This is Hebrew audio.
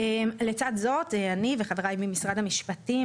לצד זאת אני וחבריי ממשרד המשפטים,